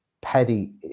Paddy